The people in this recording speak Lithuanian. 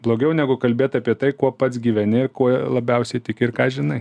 blogiau negu kalbėt apie tai kuo pats gyveni kuo labiausiai tiki ir ką žinai